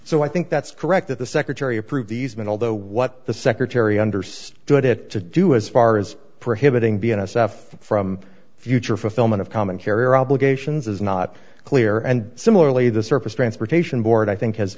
so i think that's correct that the secretary approved these men although what the secretary understood it to do as far as prohibiting b n assaf from future fulfillment of common carrier obligations is not clear and similarly the surface transportation board i think has